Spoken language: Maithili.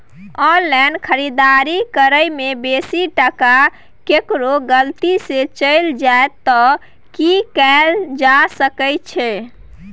ऑनलाइन खरीददारी करै में बेसी टका केकरो गलती से चलि जा त की कैल जा सकै छै?